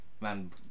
man